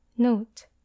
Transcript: Note